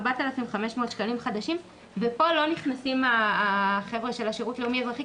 4,500 שקלים חדשים,..." פה לא נכנסים החבר'ה של השירות לאומי-אזרחי.